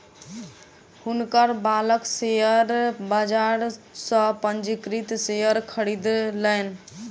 हुनकर बालक शेयर बाजार सॅ पंजीकृत शेयर खरीदलैन